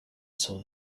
saw